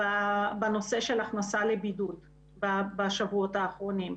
בנושא של הכנסה לבידוד בשבועות האחרונים.